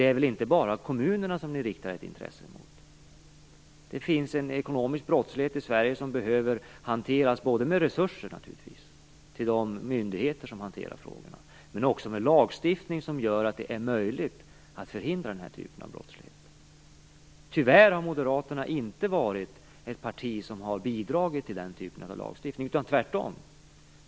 Det är väl inte bara kommunerna som ni riktar ett intresse mot? Det finns en ekonomisk brottslighet i Sverige som behöver hanteras med både resurser till de ansvariga myndigheterna och en lagstiftning som gör det möjligt att förhindra den här typen av brottslighet. Tyvärr har Moderaterna inte varit ett parti som har bidragit till den typen av lagstiftning, tvärtom.